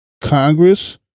Congress